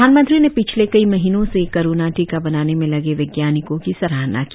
प्रधानमंत्री ने पिछले कई महीनों से कोरोना टीका बनाने में लगे वैज्ञानिकों की सराहना की